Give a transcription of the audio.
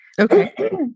Okay